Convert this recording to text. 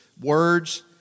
words